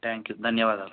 thank you ధన్యవాదాలు